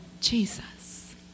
Jesus